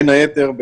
בין היתר,